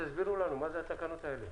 תסבירו לנו מה התקנות האלה,